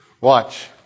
Watch